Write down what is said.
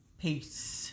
peace